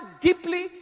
deeply